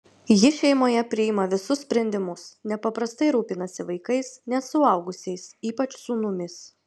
ji šeimoje priima visus sprendimus nepaprastai rūpinasi vaikais net suaugusiais ypač sūnumis